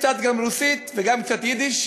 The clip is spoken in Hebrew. גם קצת רוסית וגם קצת יידיש,